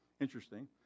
interesting